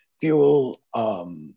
fuel